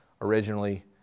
originally